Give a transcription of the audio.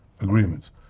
agreements